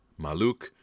Maluk